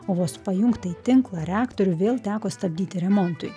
o vos pajungtą į tinklą reaktorių vėl teko stabdyti remontui